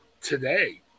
today